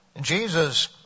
Jesus